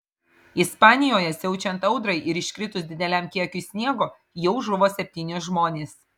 ispanijoje siaučiant audrai ir iškritus dideliam kiekiui sniego jau žuvo septyni žmonės